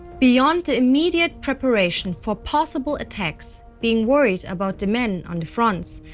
beyond the immediate preparation for possible attacks, being worried about the men on the fronts,